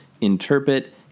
interpret